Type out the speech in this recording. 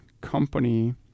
company